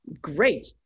Great